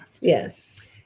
yes